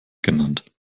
genannt